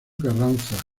carranza